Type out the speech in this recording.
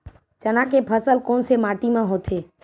चना के फसल कोन से माटी मा होथे?